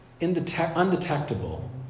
undetectable